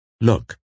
Look